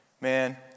Man